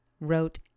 wrote